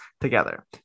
together